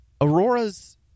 Aurora's